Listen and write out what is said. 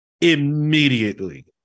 immediately